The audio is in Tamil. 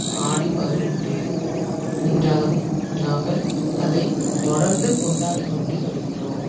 ஆடி பதினெட்டு இன்றளவும் நாங்கள் அதை தொடர்ந்து கொண்டாடி கொண்டு வருகிறோம்